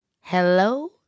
Hello